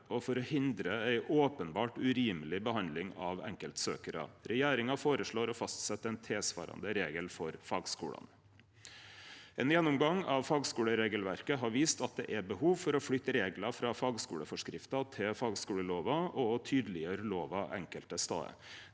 for å hindre openberr urimeleg behandling av enkeltsøkjarar. Regjeringa føreslår å fastsetje ein tilsvarande regel for fagskulane. Ein gjennomgang av fagskuleregelverket har vist at det er behov for å flytte reglar frå fagskuleforskrifta til fagskulelova, og å tydeleggjere lova enkelte stader.